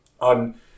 on